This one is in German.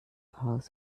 aus